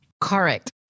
Correct